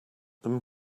them